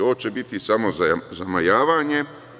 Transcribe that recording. Ovo će biti samo zamajavanje.